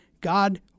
God